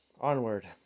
Onward